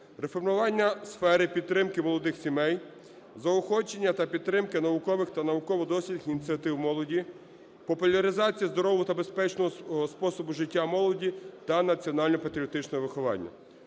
реформування сфери підтримки молодих сімей; заохочення та підтримки наукових та науково-дослідних ініціатив молоді; популяризація здорового та безпечного способу життя молоді та національно-патріотичне виховання.